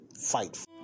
fight